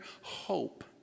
hope